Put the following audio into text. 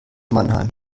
mannheim